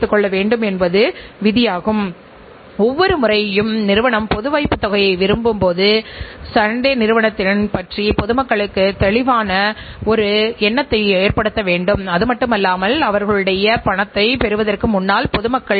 எனவே நிதி அடிப்படையில் அளவிடக்கூடியது என்பதால் வணிக நிறுவனங்களில் அல்லது வணிக நோக்கற்ற நிறுவனங்களுடன் ஒப்பிடும்போது வணிக நிறுவனங்களில் நிர்வாக கட்டுப்பாட்டு முறையை செயல்படுத்துவது மிகவும் எளிதானது என்று நீங்கள் கூறலாம்